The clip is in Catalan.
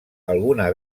alguna